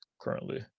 Currently